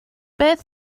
beth